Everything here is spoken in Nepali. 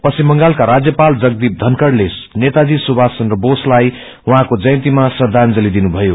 पश्चिम बंगालका राज्यपाल जगदीप धनखड़ले नेताजी सुभाष चन्द्रबोसलाई उहाँको जयन्तीमा श्रदाजंती दिनुथयो